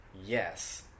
Yes